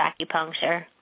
acupuncture